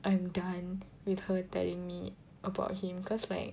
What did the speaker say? I am done with her telling me about him cause like